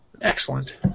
Excellent